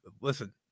listen